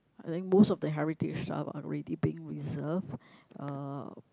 I think most of the heritage are already being reserved uh